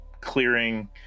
clearing